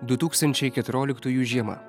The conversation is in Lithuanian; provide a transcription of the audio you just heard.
du tūkstančiai keturioliktųjų žiema